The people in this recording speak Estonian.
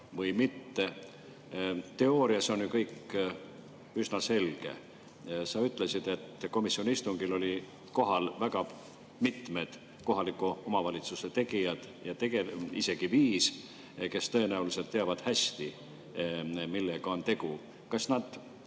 või mitte. Teoorias on kõik üsna selge. Sa ütlesid, et komisjoni istungil olid kohal väga mitmed kohaliku omavalitsuse tegijad, lausa viis, kes tõenäoliselt teavad hästi, millega on tegu. Kas nad